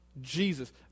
Jesus